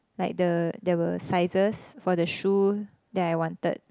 like the there were sizes for the shoe that I wanted